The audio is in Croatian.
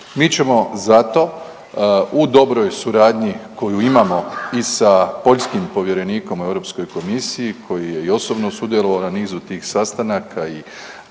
Mi ćemo zato u dobroj suradnji koju imamo i sa poljskim povjerenikom u EU komisiji koji je i osobno sudjelovao na nizu tih sastanaka i